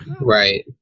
Right